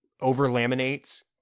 over-laminates